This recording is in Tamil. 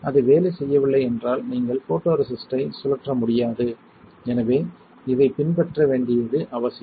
அது வேலை செய்யவில்லை என்றால் நீங்கள் ஃபோட்டோரெசிஸ்ட்டை சுழற்ற முடியாது எனவே இதை பின்பற்ற வேண்டியது அவசியம்